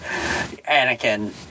Anakin